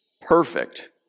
perfect